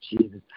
Jesus